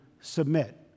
submit